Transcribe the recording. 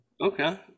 okay